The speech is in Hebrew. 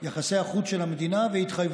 התשובה